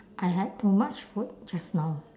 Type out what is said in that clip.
I had too much food just now